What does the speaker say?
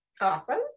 Awesome